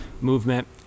movement